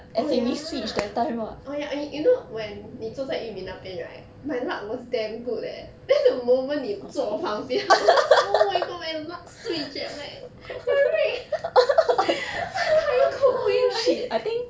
oh ya oh ya you~ you know when 你坐在 yu min 那边 right my luck was damn good eh then the moment 你坐旁边 oh my god my luck switch leh I'm like 还要扣回来